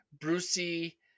brucey